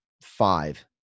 five